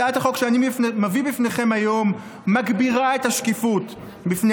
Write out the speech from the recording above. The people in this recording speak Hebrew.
הצעת החוק שאני מביא בפניכם היום מגבירה את השקיפות בפני